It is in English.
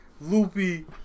Loopy